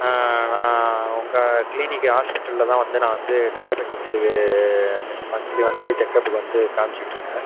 நான் உங்கள் க்ளீனிக்கு ஆஸ்ப்பிட்டலில் தான் வந்து நான் வந்து டையாபெடிக்ஸுக்கு மந்த்லி மந்த்லி செக்அப்புக்கு வந்து காமிச்சிட்ருக்கேன்